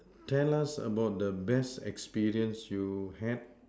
tell us about the best experience you had